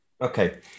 Okay